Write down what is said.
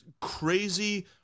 crazy